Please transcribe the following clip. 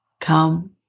come